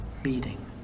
meeting